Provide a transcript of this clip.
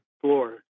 floor